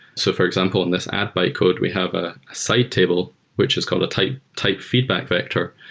so for example, in this app bytecode, we have a site table which is called a type type feedback vector.